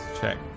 check